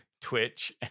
Twitch